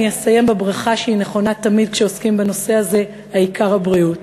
אני אסיים בברכה שהיא נכונה תמיד כשעוסקים בנושא הזה: העיקר הבריאות.